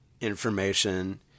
information